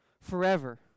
forever